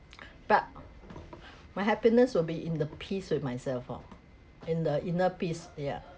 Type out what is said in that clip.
but my happiness will be in the peace with myself hor in the inner peace yeah